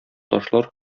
ташлар